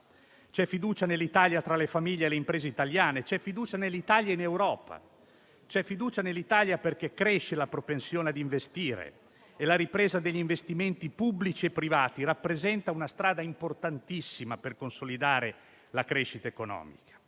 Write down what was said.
C'è fiducia nell'Italia, tra le famiglie e le imprese italiane. C'è fiducia nell'Italia in Europa, perché cresce la propensione ad investire e la ripresa degli investimenti pubblici e privati rappresenta una strada importantissima per consolidare la crescita economica.